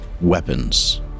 weapons